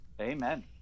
Amen